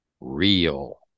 real